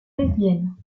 lesbienne